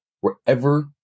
wherever